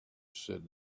said